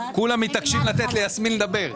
כולם מתעקשים לתת ליסמין לדבר.